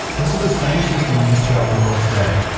this is the same system used throughout the world today